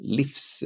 livs